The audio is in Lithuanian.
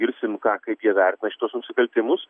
išgirsim ką kaip jie vertina šituos nusikaltimus